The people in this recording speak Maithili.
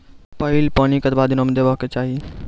पहिल पानि कतबा दिनो म देबाक चाही?